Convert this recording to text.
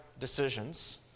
Decisions